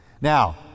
Now